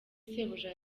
sejusa